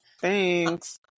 Thanks